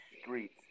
streets